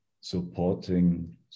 supporting